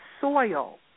soil